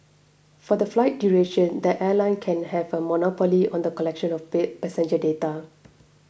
for the flight duration the airline can have a monopoly on the collection of pay passenger data